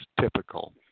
typical